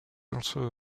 also